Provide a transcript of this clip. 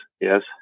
yes